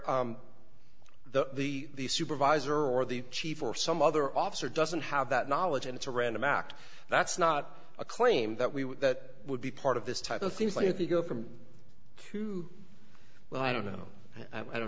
where the the supervisor or the chief or some other officer doesn't have that knowledge and it's a random act that's not a claim that we would that would be part of this type of things like if you go from to well i don't know i don't